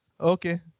Okay